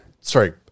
Sorry